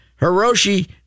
Hiroshi